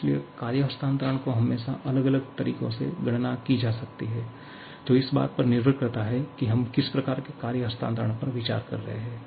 इसलिए कार्य हस्तांतरण को हमेशा अलग अलग तरीकों से गणना की जा सकती है जो इस बात पर निर्भर करता है कि हम किस प्रकार के कार्य हस्तांतरण पर विचार कर रहे हैं